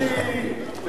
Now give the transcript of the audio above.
קאוקג'י, וכל הלוחמים.